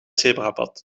zebrapad